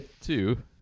two